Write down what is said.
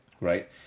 Right